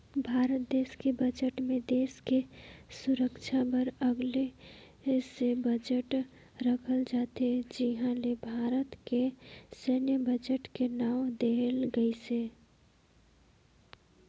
भारत देस के बजट मे देस के सुरक्छा बर अगले से बजट राखल जाथे जिहां ले भारत के सैन्य बजट के नांव देहल गइसे